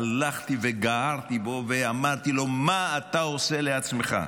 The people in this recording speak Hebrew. הלכתי וגערתי בו ואמרתי לו: מה אתה עושה לעצמך?